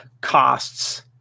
costs